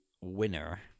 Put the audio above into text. winner